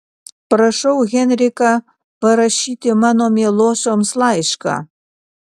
prašau henriką parašyti mano mielosioms laišką